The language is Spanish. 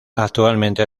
actualmente